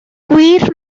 gwir